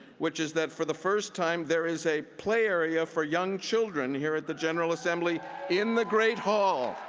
which is that for the first time there is a play area for young children here at the general assembly in the great hall.